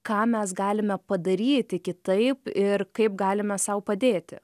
ką mes galime padaryti kitaip ir kaip galime sau padėti